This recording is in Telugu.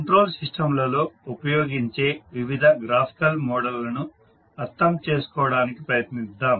కంట్రోల్ సిస్టంల లో ఉపయోగించే వివిధ గ్రాఫికల్ మోడళ్లను అర్థం చేసుకోవడానికి ప్రయత్నిద్దాం